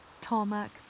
tarmac